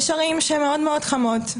יש ערים שמאוד מאוד חמות,